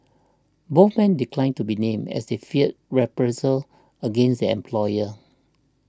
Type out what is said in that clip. both men declined to be named as they feared reprisals against their employers